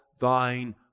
thine